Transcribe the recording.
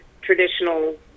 traditional